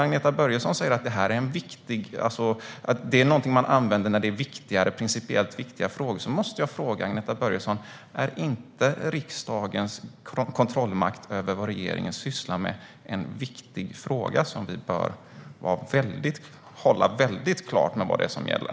Agneta Börjesson säger att parlamentariska utredningar är någonting som används i principiellt viktiga frågor. Då måste jag fråga: Är inte riksdagens kontrollmakt över vad regeringen sysslar med en viktig fråga? Bör det inte vara väldigt klart vad som gäller?